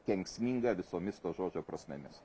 kenksminga visomis to žodžio prasmėmis